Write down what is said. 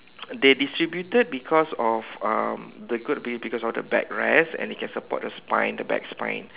they distributed because of um the good be because of the back rest and it can support the spine the back spine